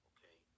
Okay